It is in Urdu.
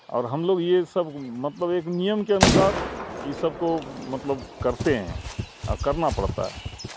اور ہم لوگ یہ سب مطلب ایک نیم کے انوسار یہ سب کو مطلب کرتے ہیں اور کرنا پڑتا ہے